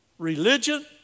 Religion